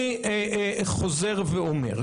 אני חוזר ואומר,